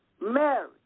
Mary